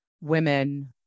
women